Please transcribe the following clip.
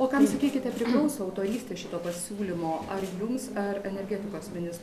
o kam sakykite priglaus autorystė šito pasiūlymo ar jums ar energetikos ministrui